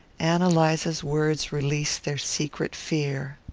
ann eliza's words released their secret fear.